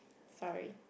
sorry